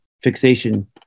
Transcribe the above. fixation